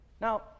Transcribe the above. Now